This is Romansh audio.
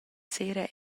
sera